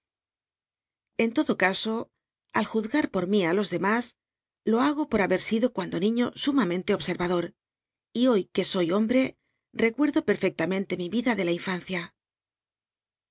en todo ca o al juzgar por mi á los cl mas lo hago por hallci sido cuando niño sumamente observador y ho cjuc soy hombl i'cl'lici'do jlci'fcl lamente mi la de la infancia